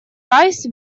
райс